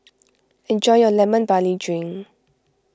enjoy your Lemon Barley Drink